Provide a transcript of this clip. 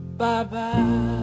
bye-bye